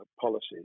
policies